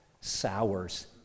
sours